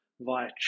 via